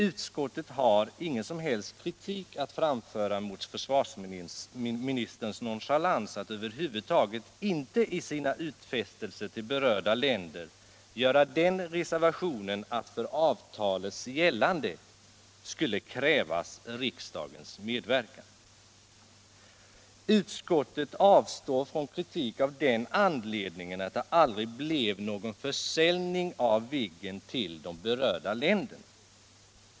Utskottet har ingen som helst kritik att framföra mot försvarsministerns nonchalans att över huvud taget inte i sina utfästelser till berörda länder göra den reservationen att för avtalets giltighet krävs riksdagens medverkan. Utskottet avstår från kritik av den anledningen att det aldrig blev någon försäljning av Viggen till de berörda länderna.